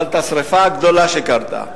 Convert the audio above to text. אבל את השרפה הגדולה שקרתה,